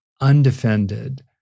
undefended